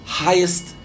highest